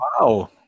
Wow